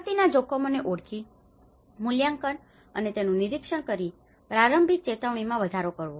આપત્તિના જોખમોને ઓળખી મૂલ્યાંકન અને તેનું નિરીક્ષણ કરીને પ્રારંભિક ચેતવણીમાં વધારો કરવો